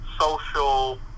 social